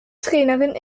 trainerin